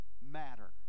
matter